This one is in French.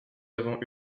avons